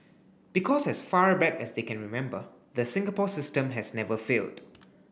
because as far back as they can remember the Singapore system has never failed